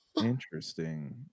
Interesting